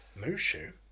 Mushu